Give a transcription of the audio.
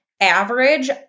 average